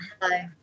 Hello